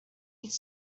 could